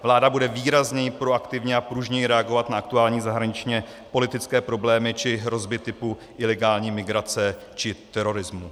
Vláda bude výrazněji proaktivní a pružněji reagovat na aktuální zahraničněpolitické problémy či hrozby typu ilegální migrace či terorismu.